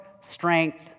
strength